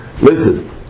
listen